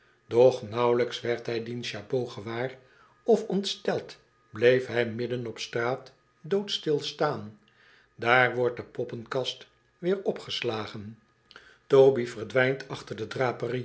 doch nauwelijks werd hij diens jabot gewaar of ontsteld bleef hij midden op straat doodstil staan daar wordt de poppenkast weer opgeslagen toby verdwijnt achter de